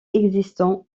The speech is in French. existant